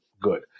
good